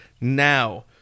now